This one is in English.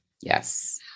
Yes